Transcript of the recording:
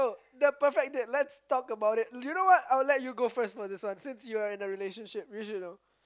the perfect date let's talk about it you know what I'll let you go first for this one since you're in a relationship you should know